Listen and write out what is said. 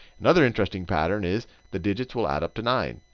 another interesting pattern is the digits will add up to nine.